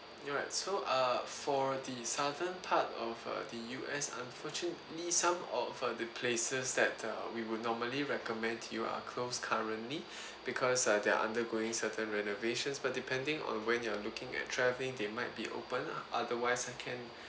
you know right so uh for the southern part of the U_S unfortunately some of the places that we will normally recommend to you are closed currently because uh they are undergoing certain renovations but depending on when you are looking at travelling they might be open otherwise I can